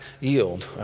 yield